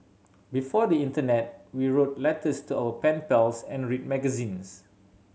before the internet we wrote letters to our pen pals and read magazines